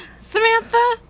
Samantha